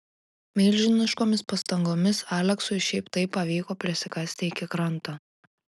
milžiniškomis pastangomis aleksui šiaip taip pavyko prisikasti iki kranto